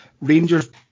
Rangers